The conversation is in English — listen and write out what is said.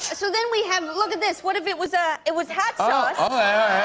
so, then we have look at this. what if it was ah it was hot ah